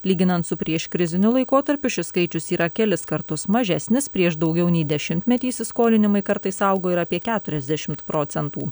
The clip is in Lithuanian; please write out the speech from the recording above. lyginant su prieškriziniu laikotarpiu šis skaičius yra kelis kartus mažesnis prieš daugiau nei dešimtmetį įsiskolinimai kartais augo ir apie keturiasdešimt procentų